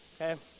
okay